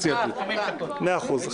מאה אחוז.